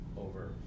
over